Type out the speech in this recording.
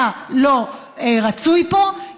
אתה לא רצוי פה,